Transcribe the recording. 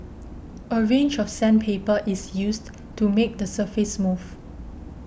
a range of sandpaper is used to make the surface smooth